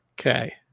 Okay